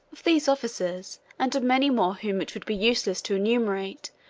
of these officers, and of many more whom it would be useless to enumerate,